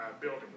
building